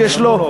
ויש לו,